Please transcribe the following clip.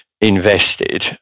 invested